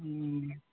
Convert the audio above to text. ꯎꯝ